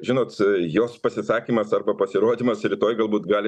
žinot jos pasisakymas arba pasirodymas rytoj galbūt gali